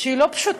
שהיא לא פשוטה,